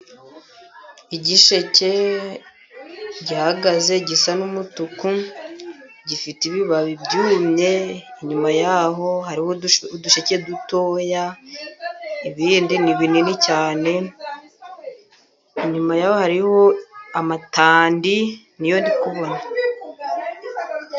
Igisheke gihagaze gisa n'umutuku gifite ibibabi byumye, inyuma y'aho hariho udusheke dutoya ibindi ni binini cyane, inyuma y'aho hariho amatandi n'iyo ndikubona.